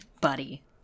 buddy